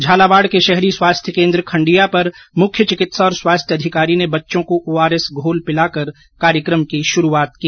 झालावाड़ के शहरी स्वास्थ्य केन्द्र खंडिया पर मुख्य चिकित्सा और स्वास्थ्य अधिकारी ने बच्चों को ओआरएस घोल पिलाकर कार्यकम की शुरूआत की